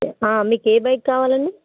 మీకు ఏ బైక్ కావాలండి